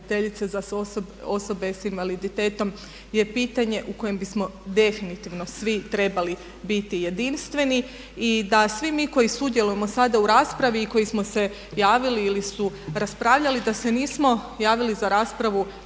za osobe sa invaliditetom je pitanje u kojem bismo definitivno svi trebali biti jedinstveni. I da svi mi koji sudjelujemo sada u raspravi i koji smo se javili ili su raspravljali da se nismo javili za raspravu